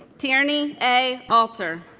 tierney a. alter